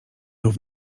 rów